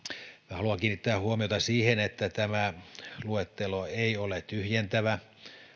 haluan kiinnittää huomiota siihen että tämä luettelo ei ole tyhjentävä